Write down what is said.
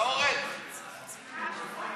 ומנוחה (תיקון מס' 17),